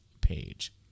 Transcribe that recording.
page